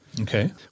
Okay